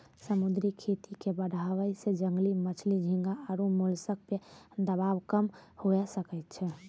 समुद्री खेती के बढ़ाबै से जंगली मछली, झींगा आरु मोलस्क पे दबाब कम हुये सकै छै